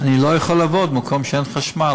אני לא יכול לעבוד במקום שאין חשמל.